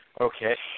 okay